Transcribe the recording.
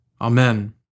Amen